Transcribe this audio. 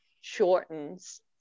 shortens